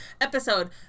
episode